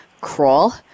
crawl